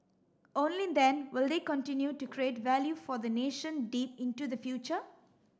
only then will they continue to create value for the nation deep into the future